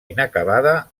inacabada